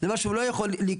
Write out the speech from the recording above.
זה דבר שהוא לא יכול לקרות.